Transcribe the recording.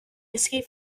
escape